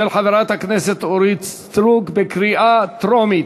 של חברת הכנסת אורית סטרוק, קריאה טרומית.